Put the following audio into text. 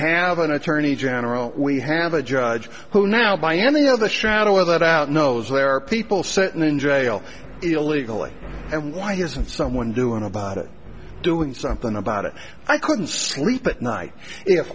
have an attorney general we have a judge who now by any of the shadow of that out knows there are people certain in jail illegally and why isn't someone doing about it doing something about it i couldn't sleep at night if